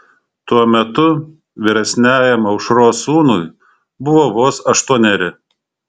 tuo metu vyresniajam aušros sūnui buvo vos aštuoneri